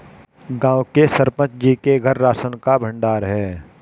गांव के सरपंच जी के घर राशन का भंडार है